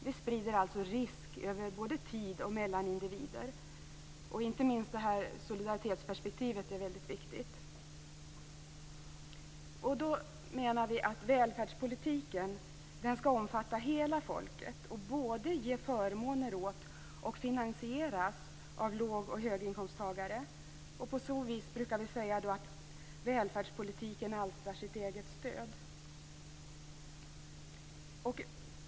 Vi sprider alltså risk över både tid och mellan individer, och inte minst är solidaritetsperspektivet väldigt viktigt. Då menar vi att välfärdspolitiken skall omfatta hela folket och både ge förmåner åt och finansieras av låg och höginkomsttagare. På så vis, brukar vi säga, alstrar välfärdspolitiken sitt eget stöd.